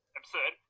absurd